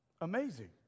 amazing